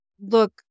look